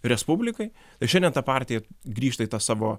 respublikai tai šiandien ta partija grįžta į tą savo